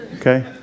okay